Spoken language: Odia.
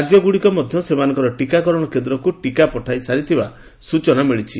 ରାଜ୍ୟଗୁଡ଼ିକ ମଧ୍ୟ ସେମାନଙ୍କ ଟିକାକରଣ କେନ୍ଦ୍ରକୁ ଟିକା ପଠାଇସାରିଥିବା ସୂଚନା ମିଳିଛି